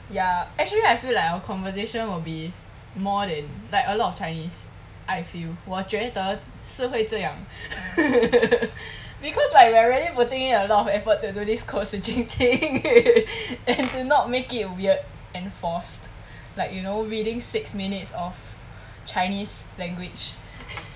ya actually I feel like our conversation will be more than like a lot of chinese I feel 我觉得是会这样 because like we're already putting in a lot of effort to do this code switching thing and to not make it weird and forced like you know reading six minutes of chinese language